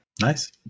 Nice